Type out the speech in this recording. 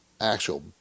actual